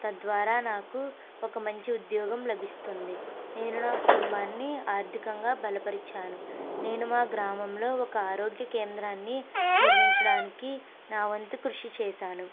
తద్వారా నాకు ఒక మంచి ఉద్యోగం లభిస్తుంది నేను నా కుటుంబాన్ని ఆర్థికంగా బలపరిచాను నేను మా గ్రామంలో ఒక ఆరోగ్య కేంద్రాన్ని నిర్మించడానికి నా వంతు కృషి చేశాను